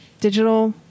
digital